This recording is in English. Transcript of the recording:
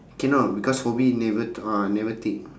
cannot because hobby never t~ uh never take